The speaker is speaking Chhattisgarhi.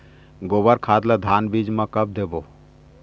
गोबर खाद ला धान बीज म कब देबो?